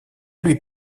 lui